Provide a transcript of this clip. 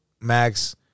Max